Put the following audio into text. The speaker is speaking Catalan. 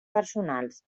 personals